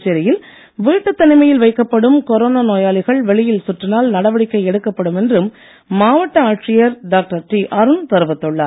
புதுச்சேரியில் வீட்டுத் தனிமையில் வைக்கப்படும் கொரோனா நோயாளிகள் வெளியில் சுற்றினால் நடவடிக்கை எடுக்கப்படும் என்று மாவட்ட ஆட்சியர் டாக்டர் டி அருண் தெரிவித்துள்ளார்